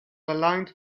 aligned